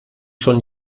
schon